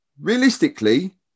Realistically